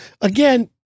again